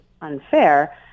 unfair